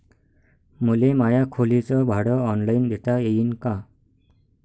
मले माया खोलीच भाड ऑनलाईन देता येईन का?